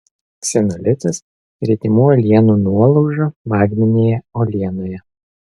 ksenolitas gretimų uolienų nuolauža magminėje uolienoje